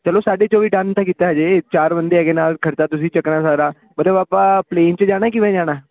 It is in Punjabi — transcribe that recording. ਚਲੋ ਸਾਢੇ ਚੌਵੀ ਡਨ ਤਾਂ ਕੀਤਾ ਜੇ ਚਾਰ ਬੰਦੇ ਹੈਗੇ ਨਾਲ ਖਰਚਾ ਤੁਸੀਂ ਚੁੱਕਣਾ ਸਾਰਾ ਮਤਲਬ ਆਪਾਂ ਪਲੇਨ 'ਚ ਜਾਣਾ ਕਿਵੇਂ ਜਾਣਾ